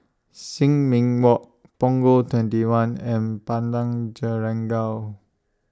Sin Ming Walk Punggol twenty one and Padang Jeringau